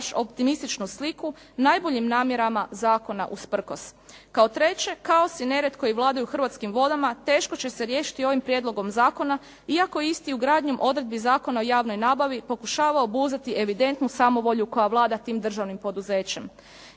optimističnu sliku najboljim namjerama zakona usprkos. Kao treće, kaos i nered koji vladaju u Hrvatskim vodama teško će se riješiti ovim prijedlogom zakona, iako isti ugradnjom odredbi Zakona o javnoj nabavi pokušava obuzdati evidentnu samovolju koja vlada tim državnim poduzećem.